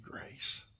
grace